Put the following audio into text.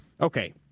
Okay